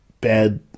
bad